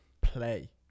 play